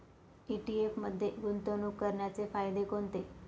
ETF मध्ये गुंतवणूक करण्याचे फायदे कोणते?